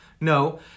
No